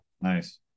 nice